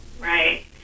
Right